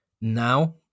now